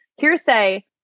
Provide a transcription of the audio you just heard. hearsay